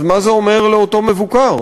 אז מה זה אומר לאותו מבוקר?